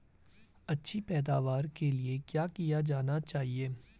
अच्छी पैदावार के लिए क्या किया जाना चाहिए?